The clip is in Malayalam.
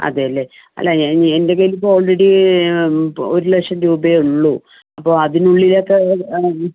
അതെ അല്ലെ അല്ല എൻ്റെ കൈയ്യിലിപ്പോൾ ഓൾറെഡി ഒരു ലക്ഷം രൂപയേ ഉള്ളു അപ്പോൾ അതിനുള്ളിലൊക്കെ ആണെൽ